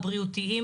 הבריאותיים,